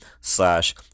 slash